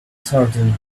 certain